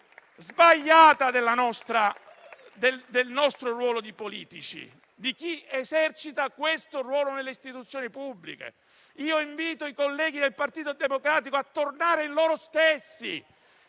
sbagliata il nostro ruolo di politici, di chi esercita questo ruolo nelle istituzioni pubbliche. Io invito i colleghi del Partito Democratico a tornare in loro stessi,